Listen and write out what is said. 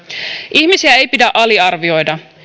ihmisiä ei pidä aliarvioida